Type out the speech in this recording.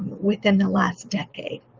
within the last decade.